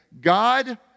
God